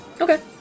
Okay